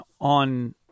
on